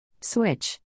Switch